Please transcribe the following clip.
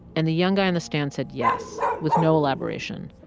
and the young guy on the stand said yes with no elaboration,